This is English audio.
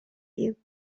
you